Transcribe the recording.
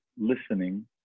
listening